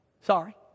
Sorry